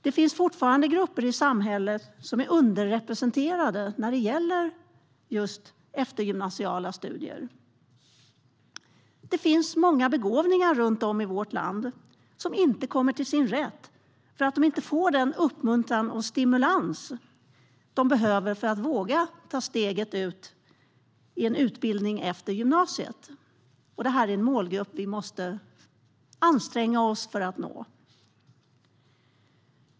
Det finns fortfarande grupper i samhället som är underrepresenterade när det gäller eftergymnasiala studier. Det finns många begåvningar runt om i vårt land som inte kommer till sin rätt för att de inte får den uppmuntran och stimulans de behöver för att våga ta steget till en utbildning efter gymnasiet. Det här är en målgrupp vi måste anstränga oss för att nå.